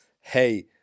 Hey